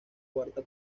cuarta